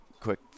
quick